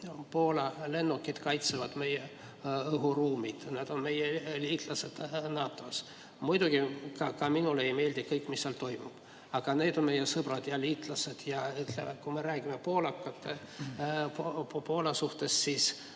Poola lennukid kaitsevad meie õhuruumi, nad on meie liitlased NATO‑s. Muidugi, ka minule ei meeldi kõik, mis seal toimub, aga nad on meie sõbrad ja liitlased. Ja kui me räägime poolakatest, Poolast, siis